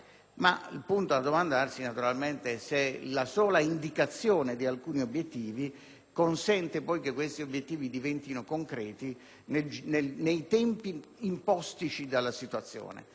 però domandarsi naturalmente se la sola indicazione di alcuni obiettivi consenta poi che questi diventino concreti nei tempi impostici dalla situazione.